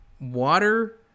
water